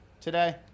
today